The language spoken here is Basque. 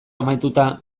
amaituta